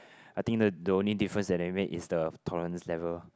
I think the the only difference that they made is the tolerance level